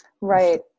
Right